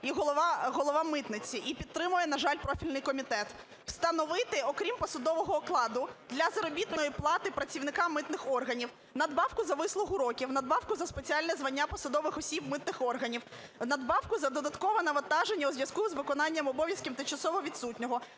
і голова митниці, і підтримує, на жаль, профільний комітет. "Встановити окрім посадового окладу для заробітної плати працівникам митних органів надбавку за вислугу років, надбавку за спеціальне звання посадових осіб митних органів, надбавку за додаткове навантаження у зв'язку з виконанням обов'язків тимчасово відсутнього,